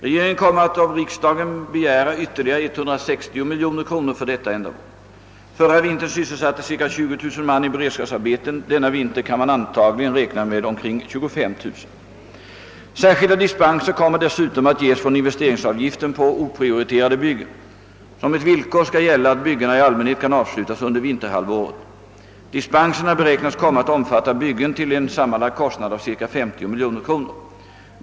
Regeringen kommer av riksdagen att begära ytterligare 160 miljoner kronor för detta ändamål. Förra vintern sysselsattes ca 20000 man i beredskapsarbeten; denna vinter kan man antagligen räkna med omkring 25 000. Särskilda dispenser kommer dessutom att ges från investeringsavgiften på oprioriterade byggen. Som ett villkor skall gälla att byggena i allmänhet kan avslutas under vinterhalvåret. Dispenserna beräknas komma att omfatta byggen till .en sammanlagd kostnad av ca 930 miljoner kronor.